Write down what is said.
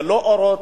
ללא אורות.